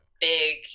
big